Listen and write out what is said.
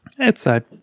Outside